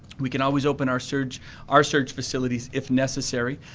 we can always open our surge our surge facilities if necessary.